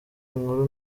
inkuru